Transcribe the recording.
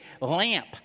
lamp